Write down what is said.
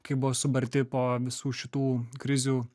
kai buvo subarti po visų šitų krizių